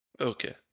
Okay